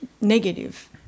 negative